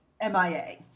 MIA